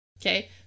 Okay